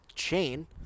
Chain